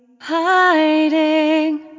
hiding